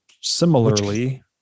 similarly